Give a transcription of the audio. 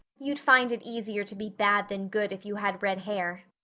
you'd find it easier to be bad than good if you had red hair,